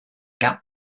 gap